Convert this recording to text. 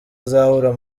azahura